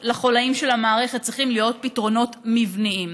לחוליים של המערכת צריכים להיות פתרונות מבניים,